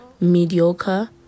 mediocre